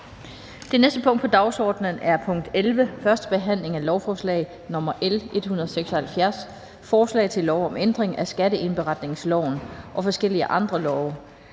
Det næste punkt på dagsordenen er: 11) 1. behandling af lovforslag nr. L 176: Forslag til lov om ændring af skatteindberetningsloven og forskellige andre love.